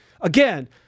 Again